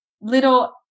little